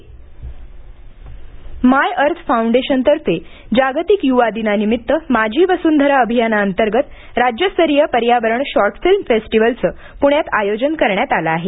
short film festival my earth फाउंडेशनतर्फे जागतिक युवा दिनानिमित्त माझी वसुंधरा अभियानांतर्गत राज्यस्तरीय पर्यावरण शॉर्टफिल्म फेस्टिव्हलचं पुण्यात आयोजन करण्यात आलं आहे